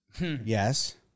Yes